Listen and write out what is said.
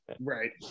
right